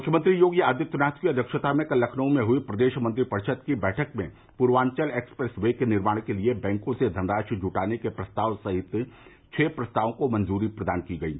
मुख्यमंत्री योगी आदित्यनाथ की अध्यक्षता में कल लखनऊ में हुई प्रदेश मंत्रिपरिषद की बैठक में पूर्वांचल एक्सप्रेस वे के निर्माण के लिए बैंकों से धनराशि जुटाने के प्रस्ताव सहित छह प्रस्तावों को मंजूरी प्रदान की गयी